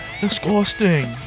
Disgusting